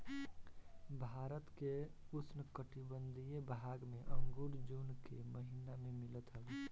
भारत के उपोष्णकटिबंधीय भाग में अंगूर जून के महिना में मिलत हवे